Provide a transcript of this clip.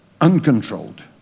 Uncontrolled